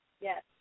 Yes